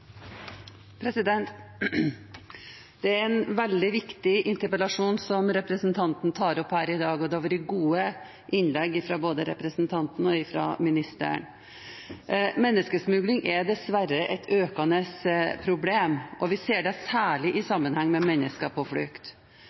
en veldig viktig interpellasjon som representanten Bøhler tar opp her i dag, og det har vært gode innlegg fra både representanten og ministeren. Menneskesmugling er dessverre et økende problem, og vi ser det særlig i sammenheng med mennesker på flukt.